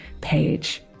page